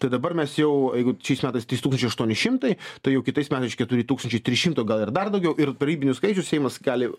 tai dabar mes jau jeigu šiais metais trys tūkstančiai aštuoni šimtai tai jau kitais metais keturi tūkstančiai trys šimtai o gal ir dar daugiau ir ribinius skaičius seimas kelia